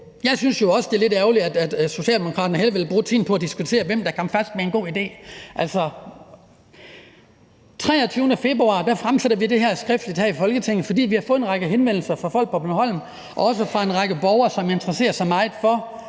jeg synes jo også, det er lidt ærgerligt, at Socialdemokraterne hellere vil bruge tiden på at diskutere, hvem der kom først med en god idé. Den 23. februar fremsætter vi det her skriftligt i Folketinget, fordi vi har fået en række henvendelser fra folk på Bornholm og også fra en række borgere, som interesserer sig meget for